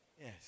Yes